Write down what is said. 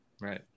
Right